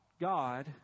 God